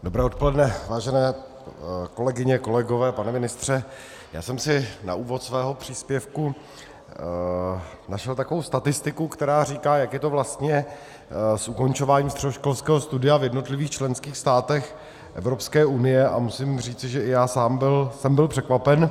Dobré odpoledne vážené kolegyně, kolegové, pane ministře, já jsem si na úvod svého příspěvku našel takovou statistiku, která říká, jak je to vlastně s ukončováním středoškolského studia v jednotlivých členských státech Evropské unie, a musím říci, že i já sám jsem byl překvapen.